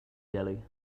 jelly